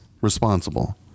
responsible